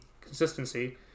consistency